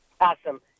Awesome